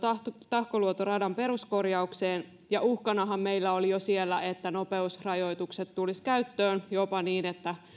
tahkoluoto radan peruskorjaukseen uhkanahan meillä jo oli siellä että nopeusrajoitukset tulisivat käyttöön jopa niin että